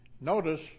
Notice